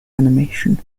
animation